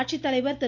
ஆட்சித்தலைவர் திரு